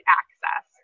access